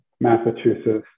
Massachusetts